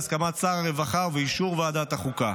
בהסכמת שר הרווחה ובאישור ועדת החוקה.